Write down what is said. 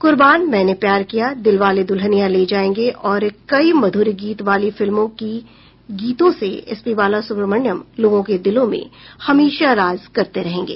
कुर्बान मैने प्यार किया दिलवाले दुलहनिया ले जायेंगे और कई मधुर गीत वाली फिल्मों की गीतों से एसपी बालासुब्रमण्यम लोगों के दिलों में हमेशा राज करते रहेंगे